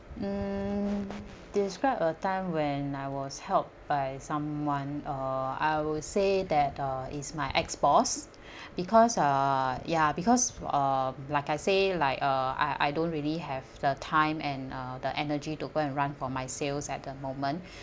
mm describe a time when I was helped by someone uh I would say that uh is my ex boss because uh ya because uh like I say like uh I I don't really have the time and uh the energy to go and run for my sales at the moment